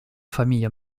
famille